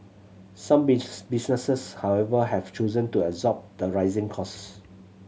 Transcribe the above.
some bees businesses however have chosen to absorb the rising cost